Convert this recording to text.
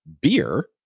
beer